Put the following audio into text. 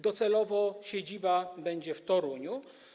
Docelowo siedziba będzie w Toruniu.